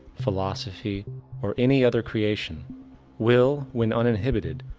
philosophy or any other creation will, when uninhibited,